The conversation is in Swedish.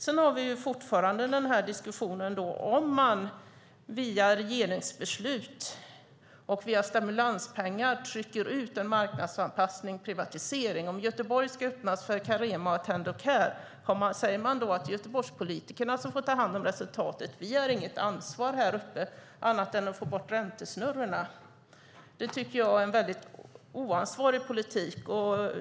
Vi har ju fortfarande diskussionen om man via regeringsbeslut och via stimulanspengar trycker ut en marknadsanpassning och privatisering. Om Göteborg ska öppna för Carema och Attendo Care, säger man då att det är Göteborgspolitikerna som får ta hand om resultatet för att vi här uppe inte har något ansvar annat än att få bort räntesnurrorna? Jag tycker att det är en väldigt oansvarig politik.